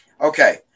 Okay